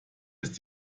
ist